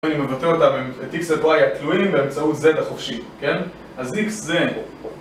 אני מבטא אותם עם את x' ו y התלויים באמצעות z החופשית, כן? אז x זה...